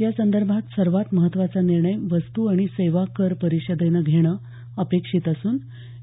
यासंदर्भात सर्वात महत्त्वाचा निर्णय वस्तू आणि सेवा कर परिषदेनं घेणं अपेक्षित असून